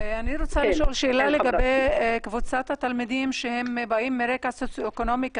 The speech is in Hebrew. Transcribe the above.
שאלה לגבי קבוצת התלמידים שהם באים מרקע סוציו-אקונומי קשה,